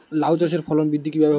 লাউ চাষের ফলন বৃদ্ধি কিভাবে হবে?